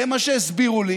זה מה שהסבירו לי